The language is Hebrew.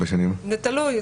זה תלוי.